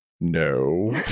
no